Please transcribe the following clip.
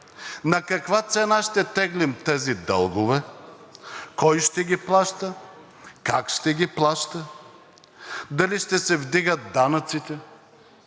на каква цена ще теглим тези дългове, кой ще ги плаща, как ще ги плаща, дали ще се вдигат данъците,